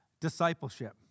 discipleship